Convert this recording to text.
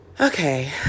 Okay